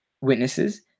witnesses